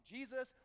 Jesus